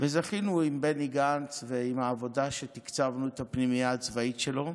וזכינו עם בני גנץ ועם העבודה שתקצבנו את הפנימייה הצבאית שלו.